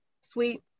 sweet